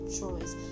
choice